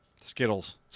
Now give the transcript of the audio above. Skittles